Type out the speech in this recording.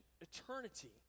eternity